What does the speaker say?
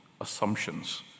assumptions